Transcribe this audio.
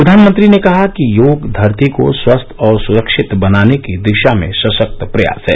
प्रधानमंत्री ने कहा कि योग धरती को स्वस्थ और स्रक्षित बनाने की दिशा में सशक्त प्रयास है